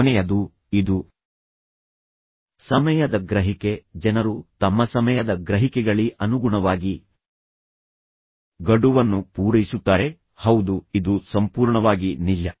ಕೊನೆಯದು ಇದು ಸಮಯದ ಗ್ರಹಿಕೆ ಜನರು ತಮ್ಮ ಸಮಯದ ಗ್ರಹಿಕೆಗಳಿ ಅನುಗುಣವಾಗಿ ಗಡುವನ್ನು ಪೂರೈಸುತ್ತಾರೆ ಹೌದು ಇದು ಸಂಪೂರ್ಣವಾಗಿ ನಿಜ